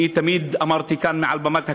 אני תמיד אמרתי כאן, מעל במת הכנסת,